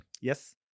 Yes